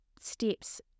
steps